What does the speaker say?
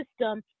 system